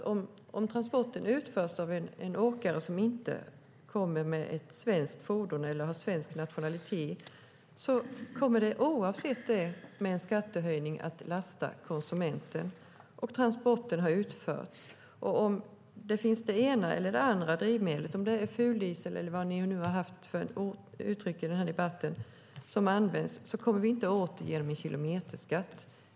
Oavsett om transporten utförs av en åkare som har eller inte har ett svenskregistrerat fordon kommer en skattehöjning att belasta konsumenten, och transporten har utförts. Om det är fuldiesel, eller hur ni uttrycker det, som används kommer vi inte åt det genom en kilometerskatt.